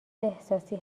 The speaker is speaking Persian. احساسی